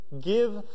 Give